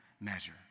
measure